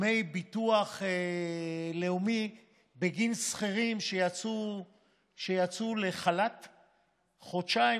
לגבות מהם דמי ביטוח לאומי בגין שכירים שיצאו לחל"ת חודשיים,